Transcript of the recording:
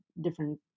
different